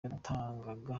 yatangaga